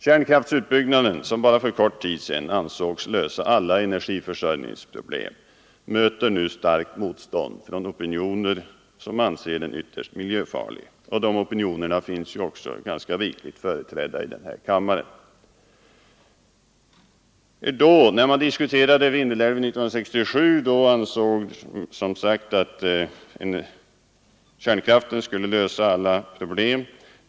Kärnkraftutbyggnaden, som bara för kort tid sedan ansågs lösa alla energiförsörjningsproblem, möter nu starkt motstånd från opinioner som anser den ytterst miljöfarlig. De opinionerna finns ju också ganska rikligt företrädda här i kammaren. I diskussionen 1967 ansågs det att kärnkraften skulle lösa alla problem.